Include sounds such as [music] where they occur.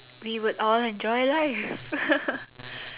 we would all enjoy life [laughs]